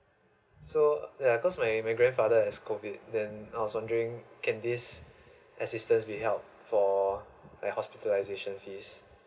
so yeah cause my my grandfather has COVID then I was wondering can this assistance will help for a hospitalization fees